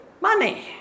money